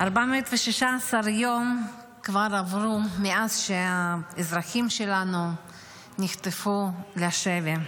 416 יום כבר עברו מאז שהאזרחים שלנו נחטפו לשבי,